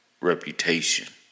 reputation